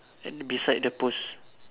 then beside the post